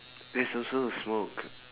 that's also a smoke